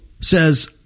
says